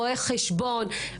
רואי חשבון,